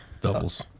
doubles